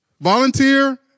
Volunteer